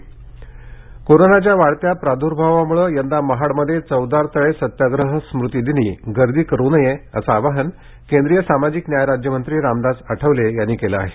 चवदार तळे आवाहन कोरोनाच्या वाढत्या प्रादुर्भावामुळे यंदा महाडमध्ये चवदार तळे सत्याग्रह स्मृती दिनी गर्दी करू नये असं आवाहन केंद्रीय सामाजिक न्याय राज्यमंत्री रामदास आठवले यांनी केलं आहे